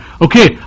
Okay